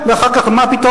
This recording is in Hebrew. ואחר כך מה פתאום,